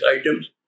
items